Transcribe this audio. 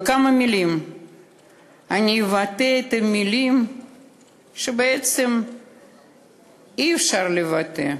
בכמה מילים אני אבטא את מה שבעצם אי-אפשר לבטא,